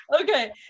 okay